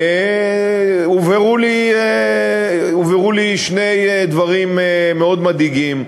הובהרו לי שני דברים מאוד מדאיגים: